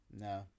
No